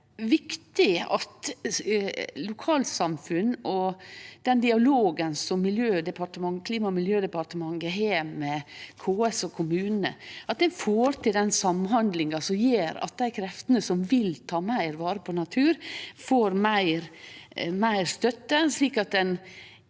er det viktig for lokalsamfunna og den dialogen som Klima- og miljødepartementet har med KS og kommunane, at ein får til den samhandlinga som gjer at dei kreftene som vil ta meir vare på natur, får meir støtte, slik at ein